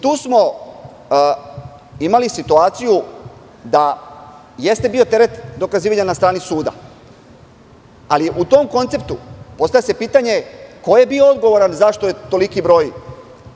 Tu smo imali situaciju da jeste bio teret dokazivanja na strani suda, ali se u tom konceptu postavlja pitanje – ko je bio odgovoran zašto je toliki broj,